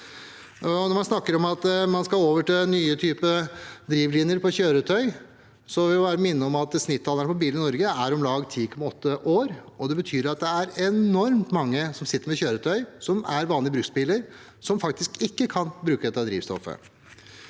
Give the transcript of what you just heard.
Når man snakker om at man skal over til nye typer drivlinjer på kjøretøy, vil jeg minne om at snittalderen på biler i Norge er på om lag 10,8 år, og det betyr at det er enormt mange som sitter med kjøretøy som er vanlige bruksbiler, og som faktisk ikke kan bruke dette drivstoffet.